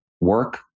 work